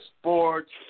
Sports